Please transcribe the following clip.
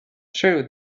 true